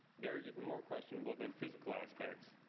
they are even more questionable than physical aspects.